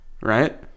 right